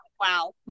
wow